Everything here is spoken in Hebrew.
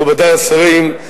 מכובדי השרים,